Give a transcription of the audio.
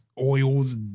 oils